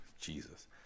Jesus